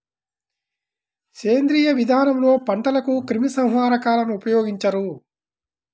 సేంద్రీయ విధానంలో పంటలకు క్రిమి సంహారకాలను ఉపయోగించరు